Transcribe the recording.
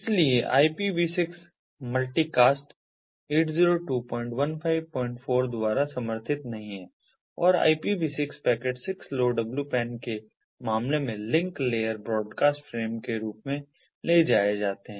इसलिए IPV6 multicast 802154 द्वारा समर्थित नहीं है और IPV6 पैकेट 6LoWPAN के मामले में लिंक लेयर ब्रॉडकास्ट फ्रेम के रूप में ले जाए जाते हैं